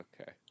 Okay